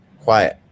quiet